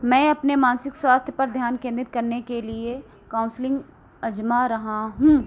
मैं अपने मानसिक स्वास्थ्य पर ध्यान केंद्रित करने के लिए काउन्सलिंग आज़मा रहा हूँ